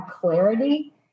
clarity